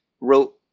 wrote